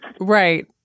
Right